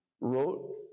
wrote